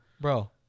Bro